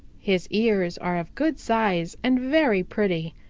his ears are of good size and very pretty.